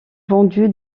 vendu